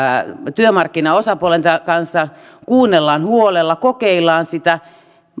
työmarkkinaosapuolten kanssa kuunnellaan huolella kokeillaan sitä